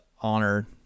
honor